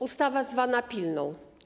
Ustawa zwana pilną.